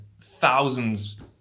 thousands